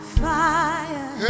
fire